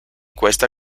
questa